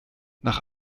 nach